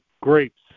grapes